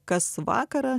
kas vakarą